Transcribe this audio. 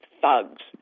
thugs